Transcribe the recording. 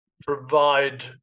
Provide